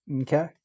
Okay